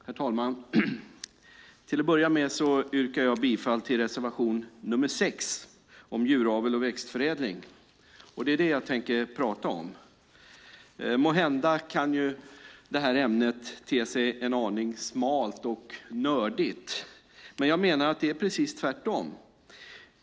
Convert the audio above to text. Herr talman! Till att börja med yrkar jag bifall till reservation 6 om djuravel och växtförädling. Det är det som jag tänker tala om. Måhända kan detta ämne te sig en aning smalt och nördigt. Men jag menar att det är precis tvärtom.